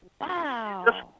Wow